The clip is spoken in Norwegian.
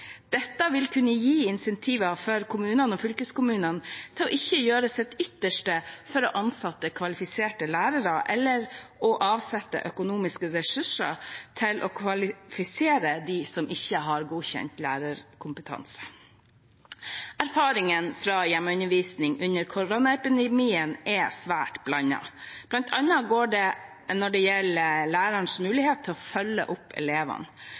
Dette vil kunne gi insentiver til kommunene og fylkeskommunene til ikke å gjøre sitt ytterste for å ansette kvalifiserte lærere eller å avsette økonomiske ressurser til å kvalifisere dem som ikke har godkjent lærerkompetanse. Erfaringene fra hjemmeundervisning under koronapandemien er svært blandede, bl.a. når det gjelder lærernes mulighet til å følge opp elevene,